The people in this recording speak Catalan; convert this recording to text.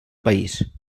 país